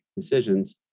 decisions